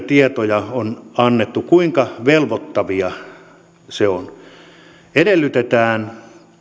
tietoja on annettu kuinka velvoittavaa se on edellytetään